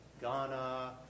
Ghana